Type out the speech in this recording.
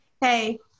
Hey